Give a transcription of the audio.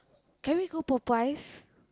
can we go Popeyes